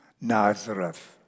Nazareth